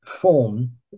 form